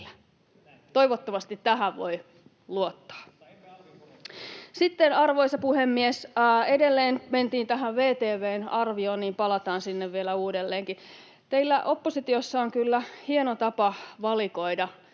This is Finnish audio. mutta emme alvin korotusta!] Arvoisa puhemies! Kun sitten edelleen mentiin tähän VTV:n arvioon, niin palataan sinne vielä uudelleenkin. Teillä oppositiossa on kyllä hieno tapa myös valikoida